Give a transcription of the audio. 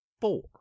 four